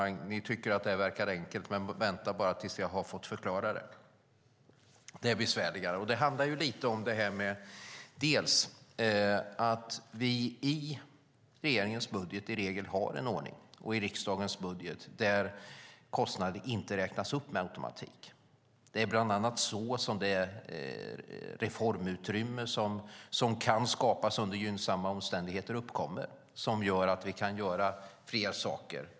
Ni tycker att det här verkar enkelt, men vänta bara tills jag har fått förklara det. Det är besvärligare. Det handlar bland annat om att vi i regeringens budget och i riksdagens budget i regel har en ordning där kostnader inte räknas upp med automatik. Det är bland annat så som det reformutrymme som kan skapas under gynnsamma omständigheter uppkommer, som gör att vi kan göra fler saker.